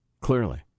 clearly